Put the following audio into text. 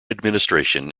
administration